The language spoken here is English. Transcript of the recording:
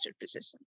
position